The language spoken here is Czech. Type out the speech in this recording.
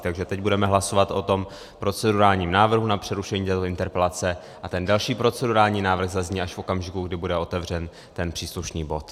Takže teď budeme hlasovat o tom procedurálním návrhu na přerušení této interpelace a ten další procedurální návrh zazní až v okamžiku, kdy bude otevřen ten příslušný bod.